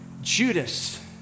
Judas